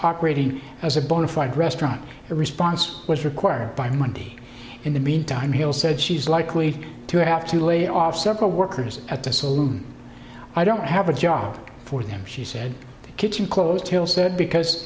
operating as a bona fide restaurant a response was required by monday in the meantime hill said she's likely to have to lay off several workers at the saloon i don't have a job for them she said the kitchen closed hill said because